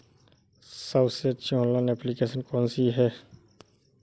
सबसे अच्छी online application कौन सी है?